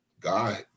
God